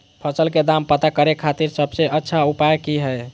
फसल के दाम पता करे खातिर सबसे अच्छा उपाय की हय?